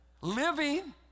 Living